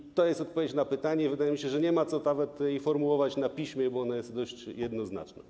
I to jest odpowiedź na pytanie, wydaje mi się, że nie ma co nawet jej formułować na piśmie, bo ona jest dość jednoznaczna.